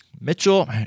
Mitchell